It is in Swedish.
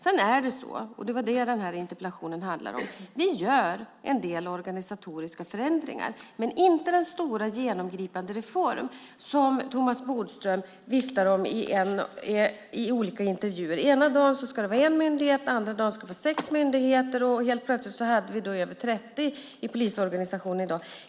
Sedan är det så - det är det som den här interpellationen handlar om - att vi gör en del organisatoriska förändringar, men inte den stora, genomgripande reform som Thomas Bodström viftar om i olika intervjuer. Ena dagen ska det vara en myndighet, andra dagen ska det vara sex myndigheter, och helt plötsligt hade vi över 30 i polisorganisationen i dag.